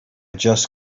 just